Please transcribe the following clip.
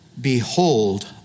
Behold